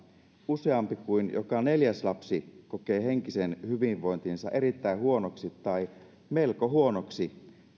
useampi kuin joka neljäs lapsi kokee henkisen hyvinvointinsa erittäin huonoksi tai melko huonoksi